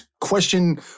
question